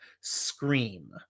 Scream